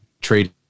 trade